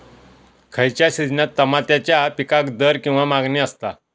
खयच्या सिजनात तमात्याच्या पीकाक दर किंवा मागणी आसता?